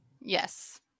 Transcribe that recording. Yes